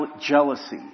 jealousy